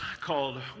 called